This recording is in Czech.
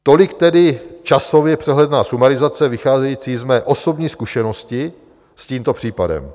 Tolik tedy časově přehledná sumarizace, vycházející z mé osobní zkušenosti s tímto případem.